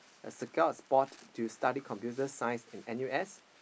secure a spot to study computer science in N_U_S